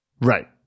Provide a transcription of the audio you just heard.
Right